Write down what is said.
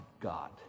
God